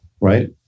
right